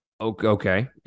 Okay